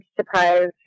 surprise